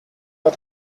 are